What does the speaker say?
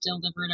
delivered